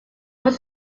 was